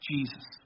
Jesus